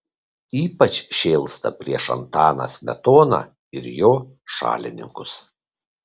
ypač šėlsta prieš antaną smetoną ir jo šalininkus